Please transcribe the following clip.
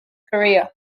career